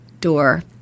door